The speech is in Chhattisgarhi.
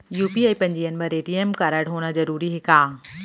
यू.पी.आई पंजीयन बर ए.टी.एम कारडहोना जरूरी हे का?